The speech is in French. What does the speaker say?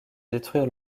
détruire